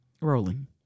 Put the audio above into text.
rolling